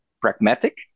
pragmatic